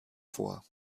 vor